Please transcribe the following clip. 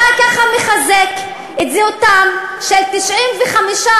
אתה ככה מחזק את זהותם של 95%,